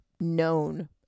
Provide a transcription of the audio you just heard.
known